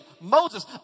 Moses